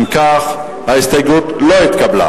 כך, ההסתייגות לא התקבלה.